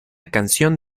canción